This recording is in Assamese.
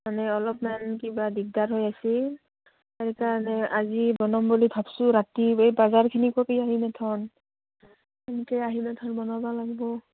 মানে অলপমান কিবা দিগদাৰ হৈ আছে সেইকাৰণে আজি বনাম বুলি ভাবছোঁ ৰাতি এই বাজাৰখিনি কৰি আহি এথোন এনকে আহি এখোন বনাবা লাগব